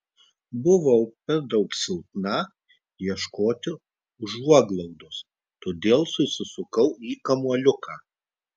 buvau per daug silpna ieškoti užuoglaudos todėl susisukau į kamuoliuką